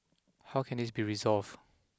how can this be resolved